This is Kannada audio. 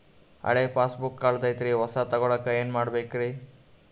ಹಳೆ ಪಾಸ್ಬುಕ್ ಕಲ್ದೈತ್ರಿ ಹೊಸದ ತಗೊಳಕ್ ಏನ್ ಮಾಡ್ಬೇಕರಿ?